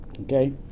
Okay